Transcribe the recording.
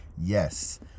yes